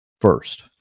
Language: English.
first